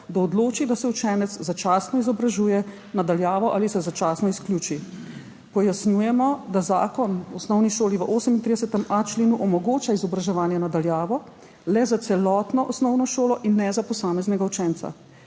da odloči, da se učenec začasno izobražuje na daljavo ali se začasno izključi. Pojasnjujemo, da Zakon o osnovni šoli v 38.a členu omogoča izobraževanje na daljavo le za celotno osnovno šolo in ne za posameznega učenca.